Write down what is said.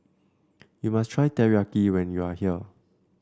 you must try Teriyaki when you are here